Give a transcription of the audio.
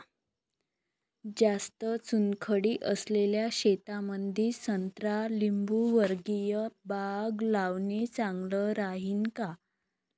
जास्त चुनखडी असलेल्या शेतामंदी संत्रा लिंबूवर्गीय बाग लावणे चांगलं राहिन का?